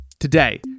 Today